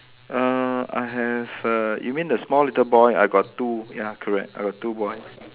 err I have err you mean the small little boy I got two ya correct I got two boys